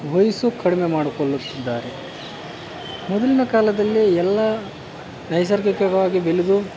ವಯಸ್ಸೂ ಕಡಿಮೆ ಮಾಡ್ಕೊಳ್ಳುತ್ತಿದ್ದಾರೆ ಮೊದಲಿನ ಕಾಲದಲ್ಲಿ ಎಲ್ಲ ನೈಸರ್ಗಿಕವಾಗಿ ಬೆಳ್ದು